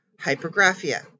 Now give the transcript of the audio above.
hypergraphia